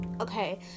okay